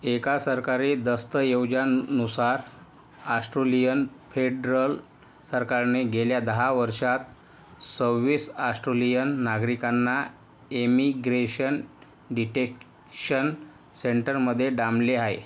एका सरकारी दस्तऐवजानुसार आस्ट्रोलियन फेडरल सरकारने गेल्या दहा वर्षांत सव्वीस ऑस्ट्रोलियन नागरिकांना एमिग्रेशन डिटेक्शन सेंटरमध्ये डांबले आहे